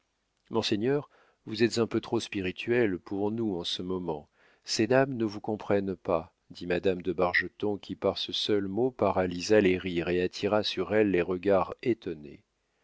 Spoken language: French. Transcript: monseigneur vous êtes un peu trop spirituel pour nous en ce moment ces dames ne vous comprennent pas dit madame de bargeton qui par ce seul mot paralysa les rires et attira sur elle les regards étonnés